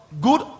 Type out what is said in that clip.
good